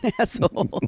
asshole